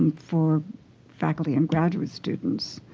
um for faculty and graduate students